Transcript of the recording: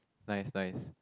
nice nice